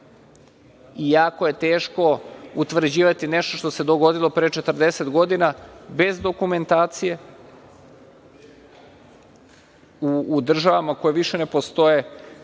i jako je teško utvrđivati nešto što se dogodilo pre 40 godina, bez dokumentacije u državama koje više ne postoje,